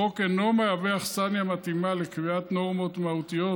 החוק אינו אכסניה מתאימה לקביעת נורמות מהותיות,